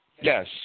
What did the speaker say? Yes